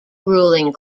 ruling